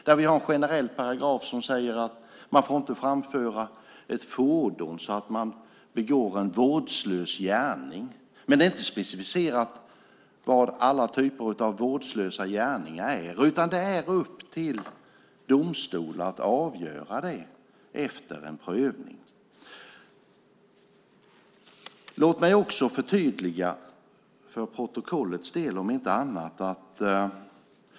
Där finns en generell paragraf som säger att man inte får framföra ett fordon så att man begår en vårdslös gärning, men det är inte specificerat vad alla typer av vårdslösa gärningar är. Det är upp till domstol att avgöra det efter en prövning. Låt mig för protokollets skull också förtydliga följande.